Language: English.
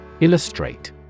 Illustrate